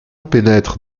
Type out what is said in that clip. pénètre